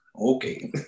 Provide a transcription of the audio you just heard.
Okay